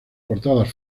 portadas